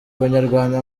abanyarwanda